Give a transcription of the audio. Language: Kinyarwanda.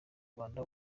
rwanda